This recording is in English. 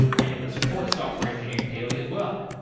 and it would support software engineering daily as well.